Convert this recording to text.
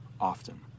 often